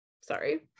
Sorry